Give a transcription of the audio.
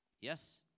Yes